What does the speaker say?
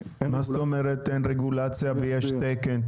מה זאת אומרת אין רגולציה ויש תקן?